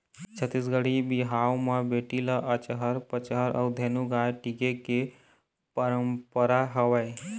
छत्तीसगढ़ी बिहाव म बेटी ल अचहर पचहर अउ धेनु गाय टिके के पंरपरा हवय